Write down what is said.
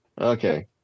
okay